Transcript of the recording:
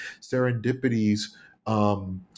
serendipities